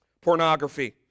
Pornography